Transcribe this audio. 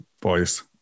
boys